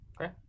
Okay